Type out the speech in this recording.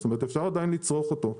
אפשר עדיין לצרוך אותו.